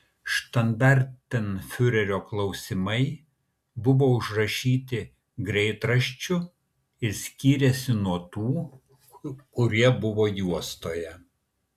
štandartenfiurerio klausimai buvo užrašyti greitraščiu ir skyrėsi nuo tų kurie buvo juostoje